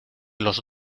los